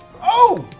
oh!